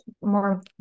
more